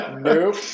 Nope